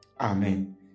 Amen